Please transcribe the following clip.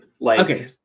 Okay